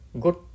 good